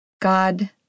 God